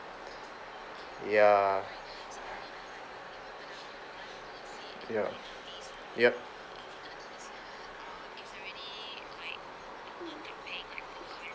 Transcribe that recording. ya ya yup